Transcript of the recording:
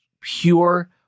pure